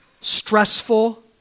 stressful